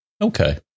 Okay